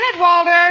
Walter